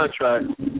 contract